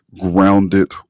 grounded